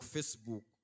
Facebook